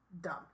Dumb